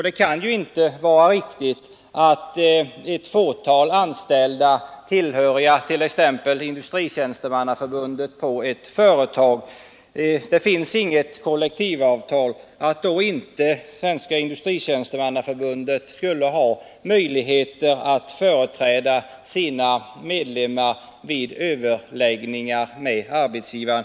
Det kan ju inte vara riktigt att om ett fåtal anställda på ett företag tillhör exempelvis Svenska industritjänstemannaförbundet och det inte finns något kollektivavtal, att Svenska industritjänstemannaförbundet då inte skulle ha möjlighet att företräda sina medlemmar vid överläggningar med arbetsgivaren.